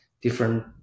different